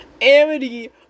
Amity